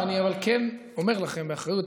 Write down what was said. אבל כן אני אומר לכם באחריות,